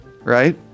right